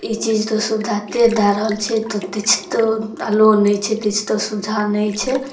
ई चीजके सुविधा दऽ रहल छै तऽ किछु तऽ लाभो नहि छै किछु तऽ सुविधा नहि छै